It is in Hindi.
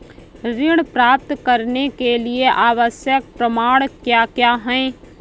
ऋण प्राप्त करने के लिए आवश्यक प्रमाण क्या क्या हैं?